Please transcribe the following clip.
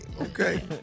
okay